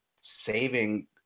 saving